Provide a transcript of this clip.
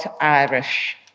Irish